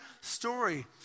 story